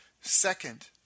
Second